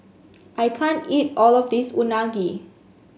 I can't eat all of this Unagi